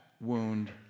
wound